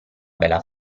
bella